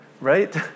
right